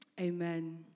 amen